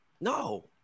No